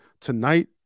tonight